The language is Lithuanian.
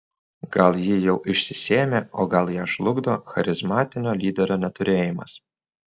gal ji jau išsisėmė o gal ją žlugdo charizmatinio lyderio neturėjimas